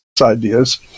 ideas